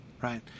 right